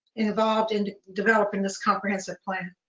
involved in developing this comprehensive plan?